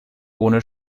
ohne